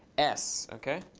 s. ok.